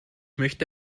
möchte